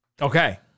Okay